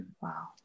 Wow